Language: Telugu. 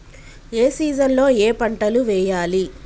ఏ సీజన్ లో ఏం పంటలు వెయ్యాలి?